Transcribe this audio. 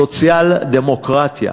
סוציאל-דמוקרטיה.